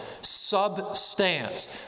Substance